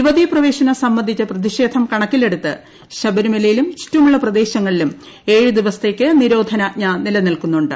യുവതീപ്രവേശനം സംബന്ധിച്ച പ്രതിഷേധം കണക്കിലെടുത്ത് ശബരിമലയിലും ചുറ്റുമുള്ള പ്രദേശങ്ങളിലും ഏഴ് ദിവസത്തെ നിരോധനാജ്ഞ നിലനിൽക്കുന്നുണ്ട്